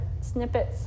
snippets